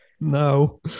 No